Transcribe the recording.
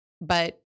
but-